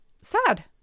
sad